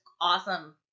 awesome